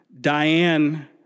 Diane